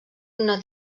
una